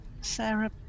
Sarah